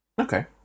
Okay